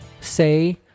say